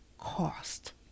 cost